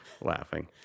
laughing